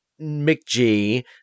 McG